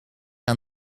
aan